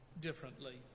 differently